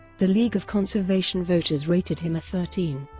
the league of conservation voters rated him a thirteen.